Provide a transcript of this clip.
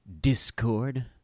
Discord